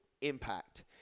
impact